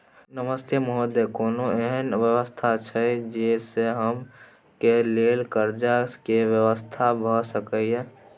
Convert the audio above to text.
नमस्ते महोदय, कोनो एहन व्यवस्था छै जे से कम के लेल कर्ज के व्यवस्था भ सके ये?